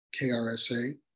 KRSA